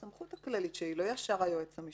הסמכות הכללית שהיא לא ישר היועץ המשפטי.